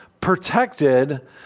protected